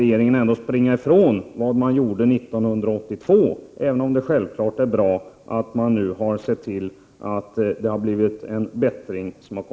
Regeringen kan inte komma ifrån vad den gjorde 1982, även om det självfallet är bra att det nu har kommit till stånd en bättring.